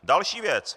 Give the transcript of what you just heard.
Další věc.